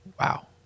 Wow